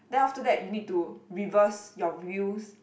then after that you need to reverse your wheels